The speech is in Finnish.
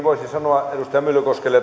voisi sanoa edustaja myllykoskelle